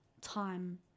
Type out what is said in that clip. time